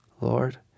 Lord